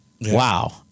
Wow